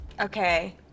Okay